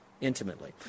intimately